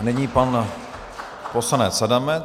Nyní pan poslanec Adamec.